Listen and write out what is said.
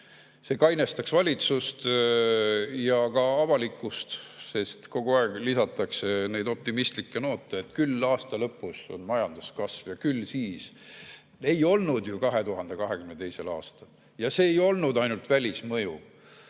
see kainestaks valitsust ja avalikkust, sest kogu aeg lisatakse neid optimistlikke noote, et küll aasta lõpus on majanduskasv. Ei olnud ju 2022. aastal, ja see ei olnud ainult välismõju.